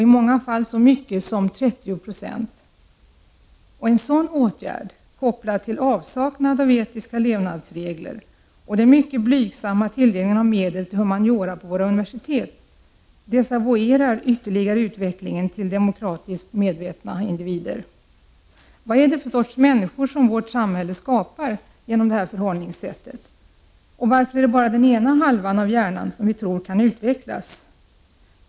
I många fall föreslås att den skall skäras ner 30 70. En sådan åtgärd, kopplad till avsaknad av etiska levnadsregler och den mycket blygsamma tilldelningen av medel till humaniora på våra universitet, desavouerar ytterligare utvecklingen till demokratiskt medvetna individer. Vad är det för sorts människor som vårt samhälle skapar genom detta förhållningssätt? Varför är det bara den ena halvan av hjärnan som vi tror kan utvecklas?